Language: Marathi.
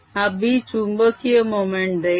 हा B चुंबकीय मोमेंट देईल